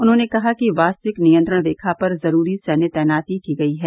उन्होंने कहा कि वास्तविक नियंत्रण रेखा पर जरूरी सैन्य तैनाती की गई है